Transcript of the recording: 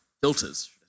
filters